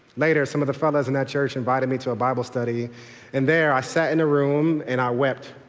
later, some of the fellas and that church invited me to a bible study and there i sat in a room and i wept.